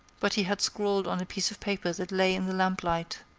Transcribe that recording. but he had scrawled on a piece of paper that lay in the lamplight